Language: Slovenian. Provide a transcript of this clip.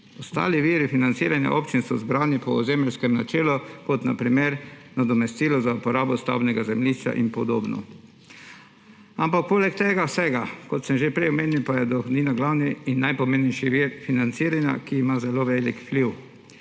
Ostali viri financiranja občin so zbrani po ozemeljskem načelu, kot na primer nadomestilo za uporabo stavbnega zemljišča in podobno. Ampak poleg tega vsega, kot sem že prej omenil, pa je dohodnina glavni in najpomembnejši vir financiranja, ki ima zelo velik vpliv.